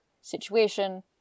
situation